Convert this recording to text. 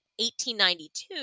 1892